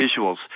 visuals